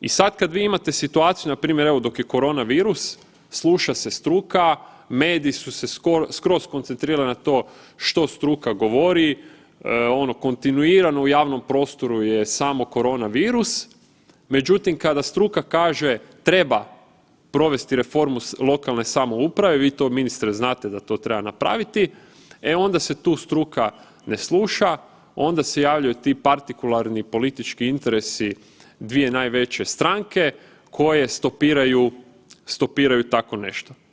I sad kad vi imate situaciju, npr. evo dok je koronavirus, sluša se struka, mediji su se skroz skoncentrirali na to što struka govori, ono kontinuirano u javnom prostoru je samo koronavirus, međutim, kada struka kaže treba provesti reformu lokalne samouprave, vi to ministre znate da to treba napraviti, e onda se tu struka ne sluša, onda se javljaju ti partikularni politički interesi dvije najveće stranke koje stopiraju tako nešto.